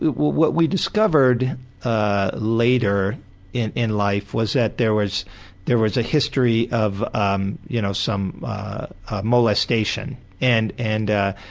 what we discovered ah later in in life was that there was there was a history of um you know some ah molestation and and